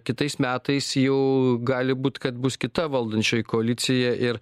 kitais metais jau gali būt kad bus kita valdančioji koalicija ir